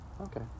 Okay